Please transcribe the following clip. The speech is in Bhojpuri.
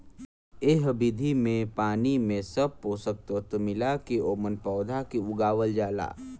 एह विधि में पानी में सब पोषक तत्व मिला के ओमन पौधा के उगावल जाला